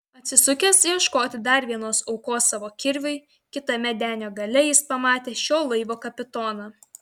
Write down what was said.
atsisukęs ieškoti dar vienos aukos savo kirviui kitame denio gale jis pamatė šio laivo kapitoną